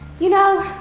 you know,